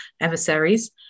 emissaries